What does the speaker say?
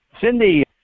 Cindy